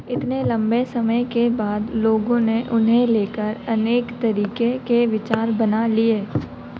इतने लंबे समय के बाद लोगों ने उन्हें लेकर अनेक तरीके के विचार बना लिए